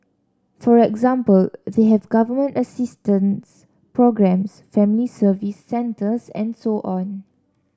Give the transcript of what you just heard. for example they have Government assistance programmes Family Service Centres and so on